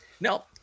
No